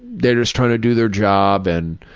they're just trying to do their job. and